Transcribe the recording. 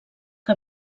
que